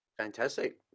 Fantastic